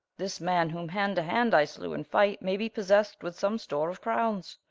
this man whom hand to hand i slew in fight, may be possessed with some store of crownes,